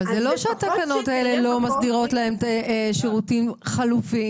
זה לא שהתקנות האלה לא מסדירות להם שירותים חלופיים,